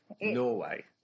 Norway